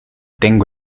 tengo